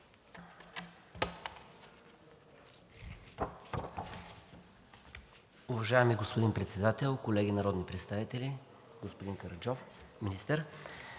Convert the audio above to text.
Уважаеми господин Председател, колеги народни представители! Господин министър